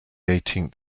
eighteenth